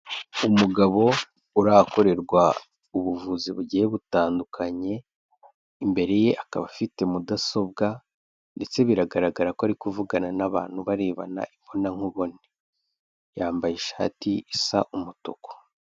Umugabo uri ahakorerwa ubuvuzi bugiye butandukanye, imbere ye akaba afite mudasobwa ndetse biragaragara ko ari kuvugana n'abantu barebana imbonankubone, yambaye ishati isa umutuku.